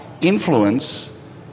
influence